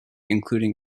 including